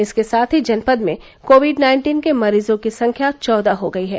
इसके साथ ही जनपद में कोविड नाइन्टीन के मरीजों की संख्या चौदह हो गयी है